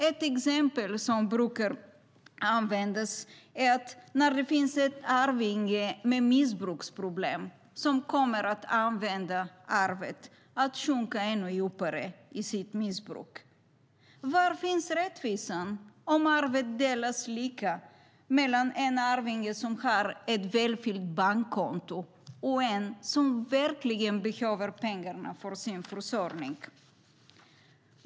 Ett exempel som brukar användas är när det finns en arvinge med missbruksproblem som kommer att använda arvet till att sjunka ännu djupare i sitt missbruk. Var finns rättvisan om arvet delas lika mellan en arvinge som har ett välfyllt bankkonto och en som verkligen behöver pengarna för sin försörjning?